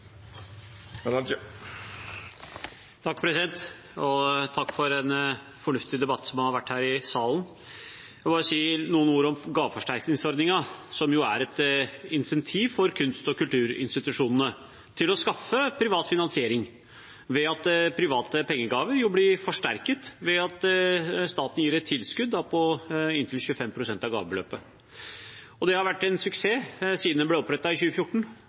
Takk for den fornuftige debatten som har vært her i salen. Jeg vil bare si noen ord om gaveforsterkningsordningen, som er et insentiv for kunst- og kulturinstitusjonene til å skaffe privat finansiering, ved at private pengegaver blir forsterket med at staten gir et tilskudd på inntil 25 pst. av gavebeløpet. Ordningen har vært en suksess siden den ble opprettet i 2014.